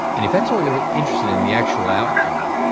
and if that's all you're interested in, the actual outcome,